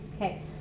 Okay